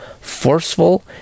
forceful